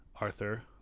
arthur